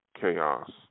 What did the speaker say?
chaos